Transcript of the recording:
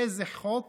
איזה חוק